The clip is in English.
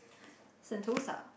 sentosa